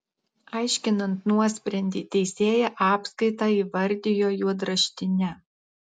aiškinant nuosprendį teisėja apskaitą įvardijo juodraštine